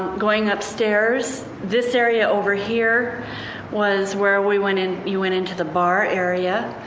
going upstairs. this area over here was where we went and you went into the bar area.